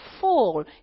fall